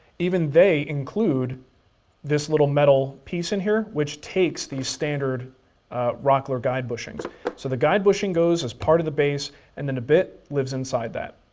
even they include this little metal piece in here which takes these standard rockler guide bushings. so the guide bushing goes as part of the base and then a bit lives inside that.